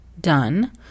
done